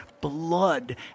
blood